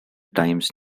times